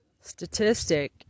statistic